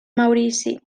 maurici